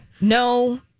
No